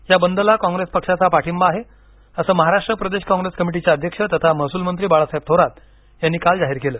या बंदला काँग्रेस पक्षाचा पाठिंबा आहे असं महाराष्ट्र प्रदेश काँग्रेस कमिटीचे अध्यक्ष तथा महसूल मंत्री बाळासाहेब थोरात यांनी काल जाहीर केलं